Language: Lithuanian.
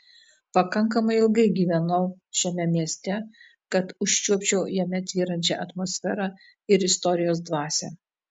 pakankamai ilgai gyvenau šiame mieste kad užčiuopčiau jame tvyrančią atmosferą ir istorijos dvasią